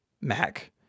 Mac